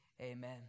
amen